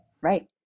Right